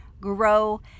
grow